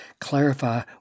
clarify